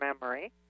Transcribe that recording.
memory